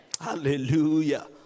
hallelujah